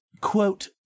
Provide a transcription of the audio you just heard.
quote